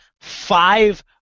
five